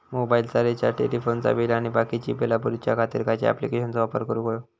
मोबाईलाचा रिचार्ज टेलिफोनाचा बिल आणि बाकीची बिला भरूच्या खातीर खयच्या ॲप्लिकेशनाचो वापर करूक होयो?